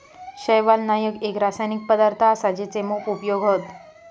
शैवालनाशक एक रासायनिक पदार्थ असा जेचे मोप उपयोग हत